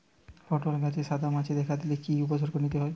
পটল গাছে সাদা মাছি দেখা দিলে কি কি উপসর্গ নিতে হয়?